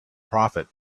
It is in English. prophet